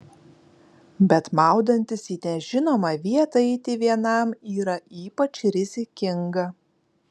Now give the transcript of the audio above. bet maudantis į nežinomą vietą eiti vienam yra ypač rizikinga